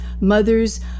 mothers